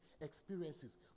experiences